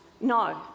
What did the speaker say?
No